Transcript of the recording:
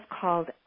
called